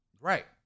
Right